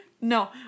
No